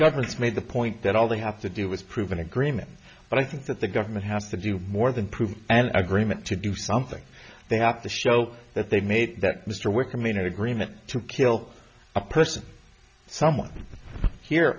government's made the point that all they have to do is prove an agreement but i think that the government has to do more than prove an agreement to do something they have to show that they've made that mr wickham in agreement to kill a person someone here